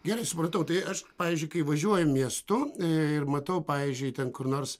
gerai supratau tai aš pavyzdžiui kai važiuoju miestu ir matau pavyzdžiui ten kur nors